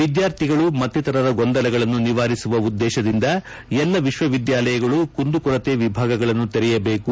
ವಿದ್ಯಾರ್ಥಿಗಳು ಮತ್ತಿತರರ ಗೊಂದಲಗಳನ್ನು ನಿವಾರಿಸುವ ಉದ್ದೇಶದಿಂದ ಎಲ್ಲಾ ವಿಶ್ವವಿದ್ಯಾಲಯಗಳು ಕುಂದುಕೊರತೆ ವಿಭಾಗಗಳನ್ನು ತೆರೆಯಬೇಕು